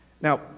Now